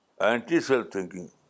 Anti-self-thinking